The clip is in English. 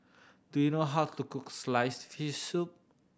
do you know how to cook sliced fish soup